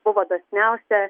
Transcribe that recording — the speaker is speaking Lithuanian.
buvo dosniausia